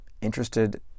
interested